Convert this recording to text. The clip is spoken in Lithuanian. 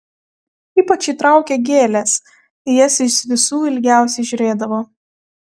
ypač jį traukė gėlės į jas jis visų ilgiausiai žiūrėdavo